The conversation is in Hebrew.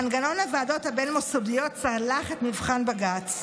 מנגנון הוועדות הבין-מוסדיות צלח את מבחן בג"ץ,